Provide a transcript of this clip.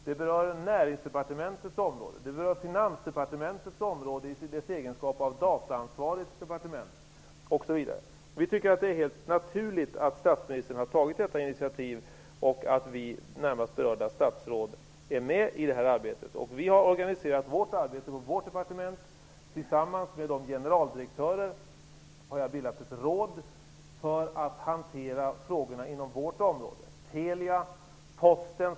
Det berör Näringsdepartementets område. Det berör Finansdepartementets område i dess egenskap av dataansvarigt departement. Vi tycker att det är helt naturligt att statsministern har tagit detta initiativ och att vi närmast berörda statsråd är med i det arbetet. Vi har organiserat arbetet på vårt departement. Tillsammans med de generaldirektörer som är berörda har jag bildat ett råd för att hantera frågorna inom vårt område. Det gäller Telia och Posten.